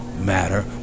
matter